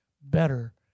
Better